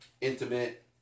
intimate